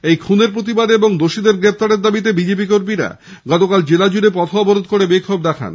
এই খুনের প্রতিবাদে ও দোষীদের গ্রেফতারের দাবিতে বিজেপি কর্মীরা গতকাল জেলাজুড়ে পথ অবরোধ করে বিক্ষোভ দেখায়